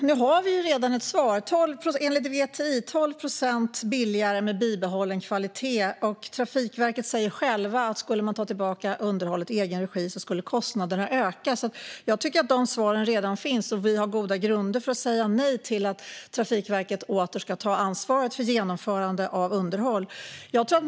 Herr talman! Vi har redan ett svar. Enligt VTI blir det 12 procent billigare med bibehållen kvalitet. Trafikverket säger också själva att kostnaderna skulle öka om de skulle ta tillbaka underhållet i egen regi. Jag tycker alltså att de svaren redan finns och att vi har goda grunder för att säga nej till att Trafikverket åter ska ta ansvaret för genomförande av underhåll.